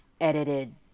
edited